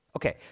Okay